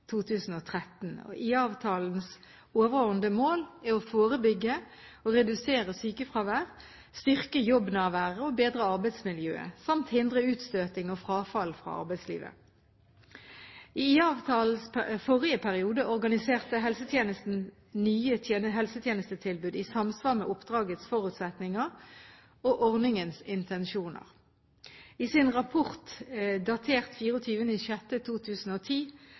2013. IA-avtalens overordnede mål er å forebygge og redusere sykefravær, styrke jobbnærværet og bedre arbeidsmiljøet samt hindre utstøting og frafall fra arbeidslivet. I IA-avtalens forrige periode organiserte helsetjenesten nye helsetjenestetilbud i samsvar med oppdragets forutsetninger og ordningens intensjoner. I sin rapport, datert 24. juni 2010,